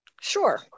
Sure